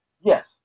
Yes